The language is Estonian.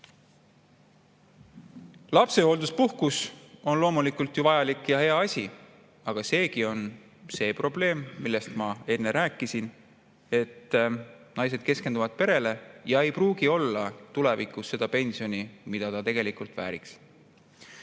Lapsehoolduspuhkus on loomulikult ju vajalik ja hea asi, aga siingi on see probleem, millest ma enne rääkisin, et naised keskenduvad perele ja neil ei pruugi olla tulevikus seda pensioni, mida nad tegelikult vääriks.